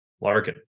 Larkin